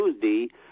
Tuesday